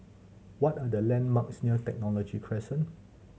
what are the landmarks near Technology Crescent